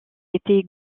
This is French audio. était